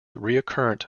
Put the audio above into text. recurrent